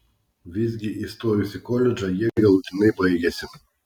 visgi įstojus į koledžą jie galutinai baigėsi